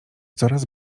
coraz